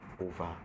over